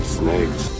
snakes